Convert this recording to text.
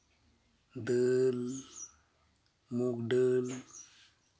ᱫᱟᱹᱞ ᱢᱩᱠᱰᱟᱹᱞ